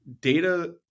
data